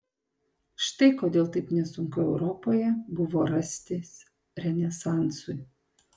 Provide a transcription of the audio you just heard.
štai kodėl taip nesunku europoje buvo rastis renesansui